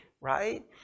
Right